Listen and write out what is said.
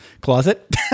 closet